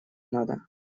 надо